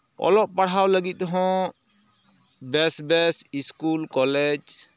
ᱚᱞᱚᱜ ᱯᱟᱲᱦᱟᱣ ᱞᱟᱹᱜᱤᱫ ᱛᱮᱦᱚᱸ ᱵᱮᱥ ᱵᱮᱥ ᱥᱠᱩᱞ ᱠᱚᱞᱮᱡᱽ